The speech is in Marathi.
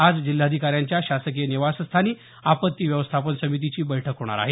आज जिल्हाधिकाऱ्यांच्या शासकीय निवासस्थानी आपत्ती व्यवस्थापन समितीची बैठक होणार आहे